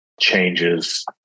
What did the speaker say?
changes